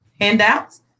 handouts